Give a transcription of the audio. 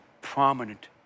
prominent